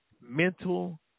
mental